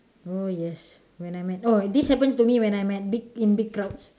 oh yes when I met oh this happen to me when I'm at in big crowds